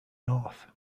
north